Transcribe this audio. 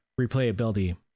replayability